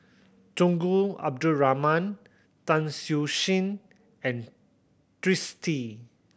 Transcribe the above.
Tunku Abdul Rahman Tan Siew Sin and Twisstii